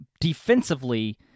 defensively